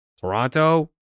Toronto